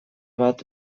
bat